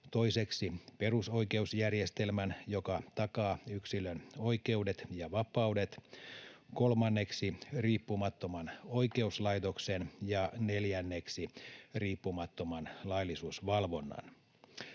toiseksi perusoikeusjärjestelmän, joka takaa yksilön oikeudet ja vapaudet, kolmanneksi riippumattoman oikeuslaitoksen ja neljänneksi riippumattoman laillisuusvalvonnan.